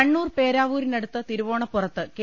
കണ്ണൂർ പേരാ വൂ രി ന ടുത്ത് തിരു വോ ണ പ്പു റത്ത് കെ